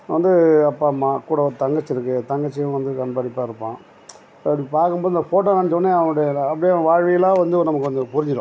வந்து அப்பா அம்மா கூட ஒரு தங்கச்சி இருக்குது தங்கச்சியையும் வந்து அன்பளிப்பாக இருப்பான் அப்படி பார்க்கும் போது இந்த ஃபோட்டோ காமிச்சோனே அவனுடைய அப்படியே அவன் வாழ்வியலாக வந்து நமக்கு வந்து புரிஞ்சிடும்